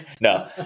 No